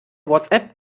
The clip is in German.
whatsapp